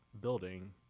building